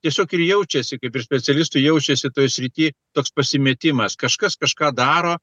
tiesiog ir jaučiasi kaip ir specialistų jaučiasi toj srity toks pasimetimas kažkas kažką daro